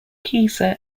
keyser